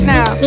Now